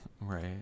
Right